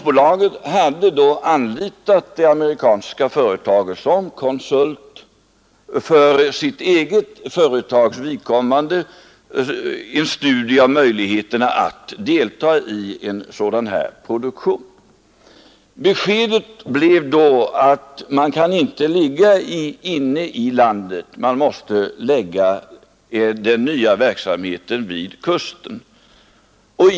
Bolaget hade då anlitat det amerikanska företaget som konsult för att göra en studie av möjligheterna att delta i en sådan här produktion. Studien gav beskedet att anläggningen inte kan ligga inne i landet utan att den nya verksamheten måste förläggas till kusten.